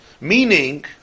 Meaning